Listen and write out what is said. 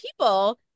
people